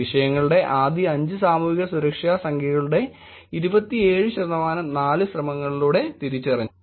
വിഷയങ്ങളുടെ ആദ്യ 5 സാമൂഹ്യ സുരക്ഷാ സംഖ്യകളുടെ 27 ശതമാനം നാല് ശ്രമങ്ങളിലൂടെ തിരിച്ചറിഞ്ഞു